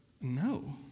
no